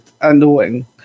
annoying